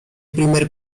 primer